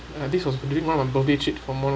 and this was during one of the birthday trip for more